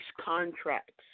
contracts